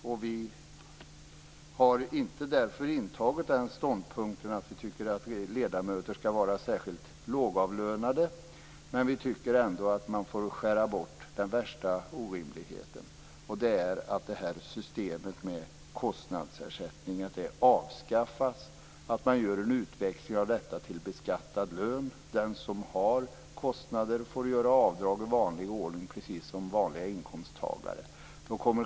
Vi vänsterpartister har inte intagit den ståndpunkten att vi tycker att ledamöter skall vara särskilt lågavlönade. Men vi tycker ändå att man får skära bort den värsta orimligheten. Systemet med kostnadsersättningar bör avskaffas, och man bör göra en utväxling av detta till beskattad lön. Den som har kostnader får göra avdrag i vanlig ordning precis som vanliga inkomsttagare.